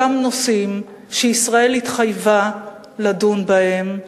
אותם נושאים שישראל התחייבה לדון בהם,